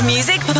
music